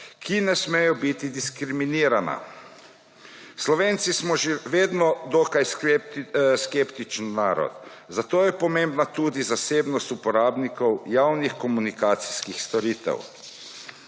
ki ne smejo biti diskriminirana. Slovenci smo že od nekdaj dokaj skeptičen narod, zato je pomembna tudi zasebnost uporabnikov javnih komunikacijskih storitev.